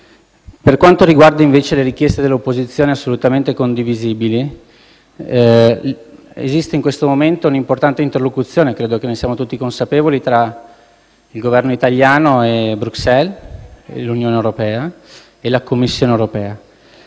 Per quanto riguarda invece le richieste dell'opposizione, assolutamente condivisibili, esiste in questo momento un'importante interlocuzione - credo che ne siamo tutti consapevoli - tra il Governo italiano e Bruxelles, quindi l'Unione europea e la Commissione europea.